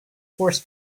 force